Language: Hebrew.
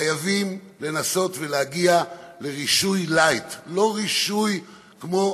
חייבים לנסות ולהגיע לרישוי-לייט לא רישוי כמו